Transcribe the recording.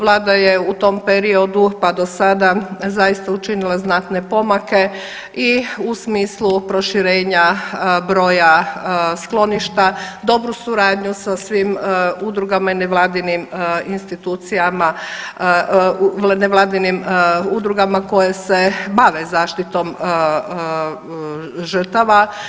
Vlada je u tom periodu, pa do sada zaista učinila znatne pomake i u smislu proširenja broja skloništa, dobru suradnju sa svim udrugama i nevladinim institucijama, nevladinim udrugama koje se bave zaštitom žrtava.